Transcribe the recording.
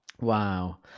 wow